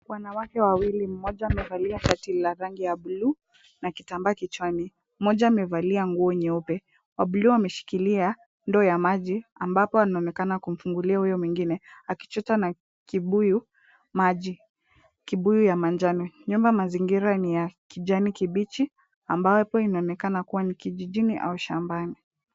Wanawake wawili, mmoja amevalia shati la rangi ya buluu na kitambaa kichwani. Mmoja amevalia nguo nyeupe. Wa buluu ameshikilia ndoo ya maji, ambapo anaonekana kumfungulia huyo mwingine akichota na kibuyu maji, kibuyu ya manjano. Nyuma mazingira ni ya kijani kibichi ambapo inaonekana kuwa ni kijijini au shambani.